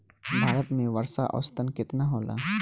भारत में वर्षा औसतन केतना होला?